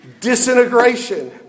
disintegration